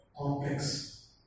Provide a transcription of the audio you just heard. complex